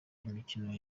imikino